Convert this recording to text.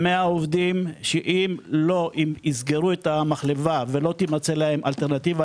100 עובדים שאם יסגרו את המחלבה ולא תימצא להם אלטרנטיבה